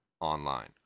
online